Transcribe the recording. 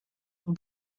son